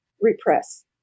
repress